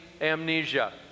amnesia